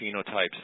phenotypes